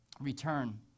return